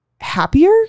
happier